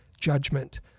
judgment